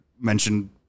mentioned